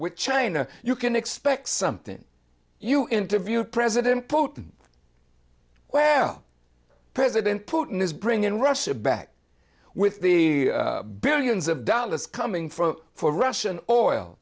with china you can expect something you interviewed president putin well president putin is bring in russia back with the billions of dollars coming from for russian oil